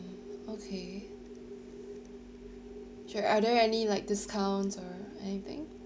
okay sure are there any like discounts or anything